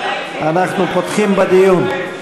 אנחנו פותחים בדיון.